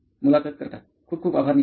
मुलाखत कर्ता खूप खूप आभार निखिल